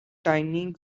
tiny